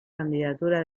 candidatura